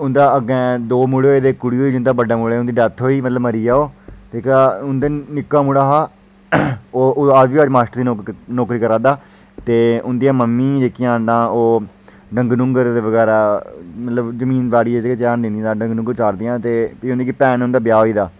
उं'दे अग्गें दो मुड़े होए ते इक कुड़ी होई उं'दे बड्डे मुड़े दी डैथ होई गेई मतसब मरी गेआ ओह् जेह्का उं'दा निक्का मुड़ा हा ओह् अजें बी हैड्ड मास्टर दी नौकरी करा दा ऐ उं'दियां मम्मी जेह्ड़ियां न ओह् डंगर डूंगर बगैरा जमीन बाड़िया च गै ध्यान दिंदियां न ते भैन दा ब्याह् होई गे दा ऐ